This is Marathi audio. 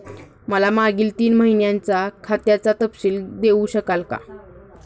मला मागील तीन महिन्यांचा खात्याचा तपशील देऊ शकाल का?